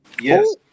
Yes